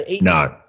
No